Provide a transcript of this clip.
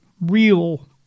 real